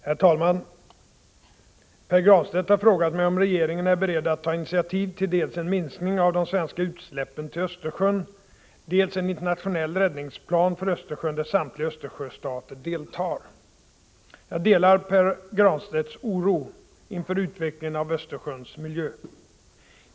Herr talman! Pär Granstedt har frågat mig om regeringen är beredd att ta initiativ till dels en minskning av de svenska utsläppen till Östersjön, dels en internationell räddningsplan för Östersjön där samtliga Östersjöstater deltar. Jag delar Pär Granstedts oro inför utvecklingen av Östersjöns miljö.